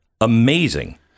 amazing